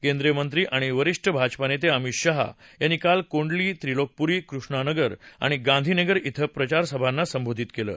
केन्द्रीय मंत्री आणि वरिष्ठ भाजपा नेते अमित शाह यांनी काल कोंडली त्रिलोकपुरी कृष्णानगर आणि गांधीनगर इथं प्रचारसभांना संबोधित केलं